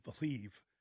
believe